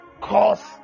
Cause